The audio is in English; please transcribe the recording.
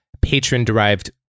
patron-derived